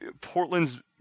Portland's